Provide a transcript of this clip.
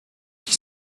qui